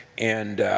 and